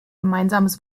gemeinsames